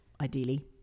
ideally